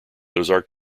ozark